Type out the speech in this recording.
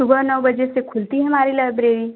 सुबह नौ बजे से खुलती है हमारी लाइब्रेरी